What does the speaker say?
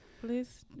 Please